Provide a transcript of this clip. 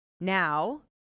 now